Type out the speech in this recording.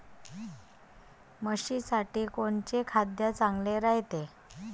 म्हशीसाठी कोनचे खाद्य चांगलं रायते?